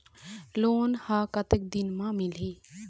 Loan ह कतक दिन मा मिलही?